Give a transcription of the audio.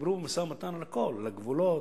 דיברו במשא-ומתן על הכול: על הגבולות,